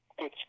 good